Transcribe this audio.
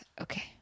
okay